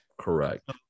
Correct